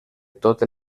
tot